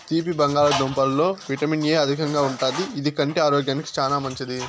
తీపి బంగాళదుంపలలో vitamin A అధికంగా ఉంటాది, ఇది కంటి ఆరోగ్యానికి చానా మంచిది